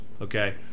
okay